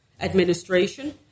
administration